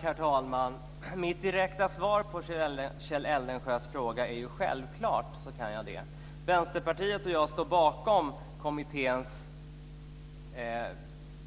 Herr talman! Mitt direkta svar på Kjell Eldensjös fråga är: Självfallet kan jag det! Vänsterpartiet och jag står bakom